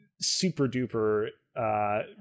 super-duper